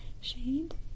shade